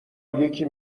یکی